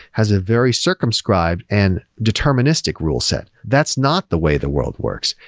has a very circumscribed and deterministic rule set. that's not the way the world works,